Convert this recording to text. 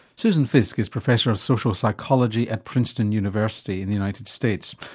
susan fiske is professor of social psychology at princeton university in the united states.